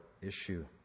issue